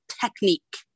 technique